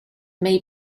may